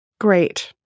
Great